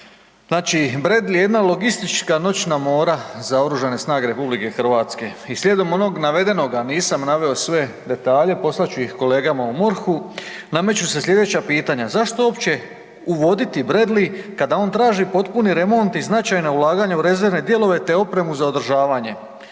Znači Bradley je jedna logistička noćna mora za OS RH i slijedom onog navedenoga, nisam naveo sve detalje, poslat ću ih kolegama u MORH-u, nameću se slijedeća pitanja. Zašto uopće uvoditi Bradley kada on traži potpuni remont i značajna ulaganja u rezervne dijelove te opremu za održavanje?